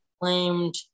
claimed